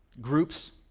groups